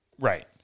Right